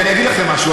כי אני אגיד לכם משהו,